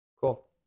Cool